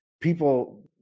people